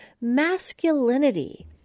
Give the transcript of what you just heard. masculinity